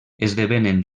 esdevenen